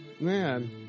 Man